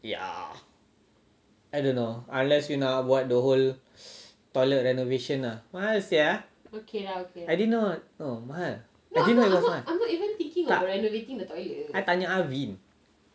ya I don't know unless you nak buat the whole toilet renovation lah mahal sia I didn't know mahal I didn't know it was mahal tak I tanya alvin